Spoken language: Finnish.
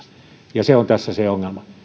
ja se on tässä se ongelma